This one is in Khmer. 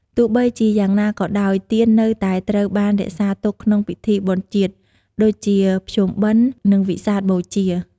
ទោះបីជាយ៉ាងណាក៏ដោយ ទៀននៅតែត្រូវបានរក្សាទុកក្នុងពិធីបុណ្យជាតិ ដូចជាភ្ជុំបិណ្ឌ និងវិសាខបូជា។